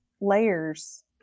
layers